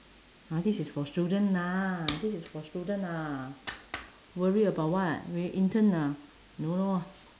!huh! this is for student lah this is for student lah worry about what we intern ah don't know